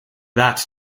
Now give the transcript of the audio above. that